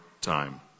time